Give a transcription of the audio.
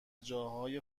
جاهای